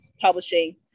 publishing